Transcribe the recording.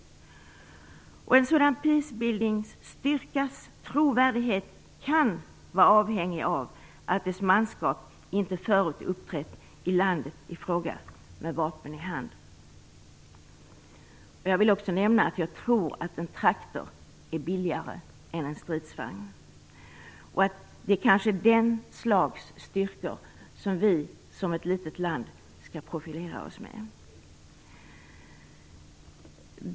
En sådan peace building-styrkas trovärdighet kan vara avhängig av att dess manskap inte förut uppträtt i landet i fråga med vapen i hand. Jag vill också nämna att jag tror att en traktor är billigare än en stridsvagn. Det är kanske det slags styrkor som vi som ett litet land skall profilera oss med.